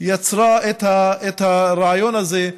שיצרה את הרעיון הזה,